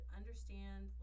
understand